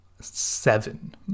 seven